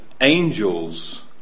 angels